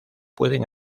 pueden